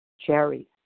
Cherry